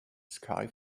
sky